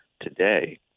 today